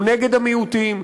הוא נגד המיעוטים,